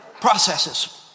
Processes